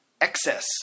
excess